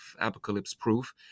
apocalypse-proof